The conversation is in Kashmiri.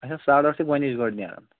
اچھا ساڑٕ ٲٹھ چھِ گۄڑنِچ گٲڑۍ نیران